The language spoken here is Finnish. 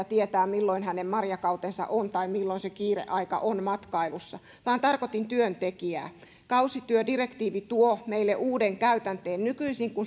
tietää milloin hänen marjakautensa on tai milloin se kiireaika on matkailussa vaan tarkoitin työntekijää kausityödirektiivi tuo meille uuden käytänteen nykyisin kun